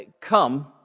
come